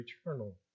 eternal